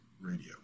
Radio